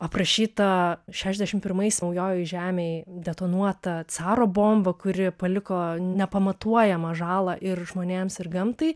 aprašyta šešiasdešimt pirmais naujojoj žemėj detonuota caro bomba kuri paliko nepamatuojamą žalą ir žmonėms ir gamtai